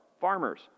farmers